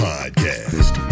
Podcast